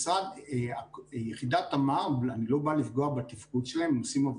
זאת אומרת, אני גם לא יכול לבנות משהו שעד